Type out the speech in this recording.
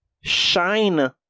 shine